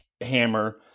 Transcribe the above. hammer